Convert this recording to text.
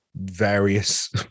various